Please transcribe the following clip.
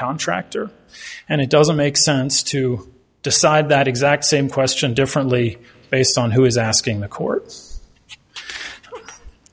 contractor and it doesn't make sense to decide that exact same question differently based on who is asking the courts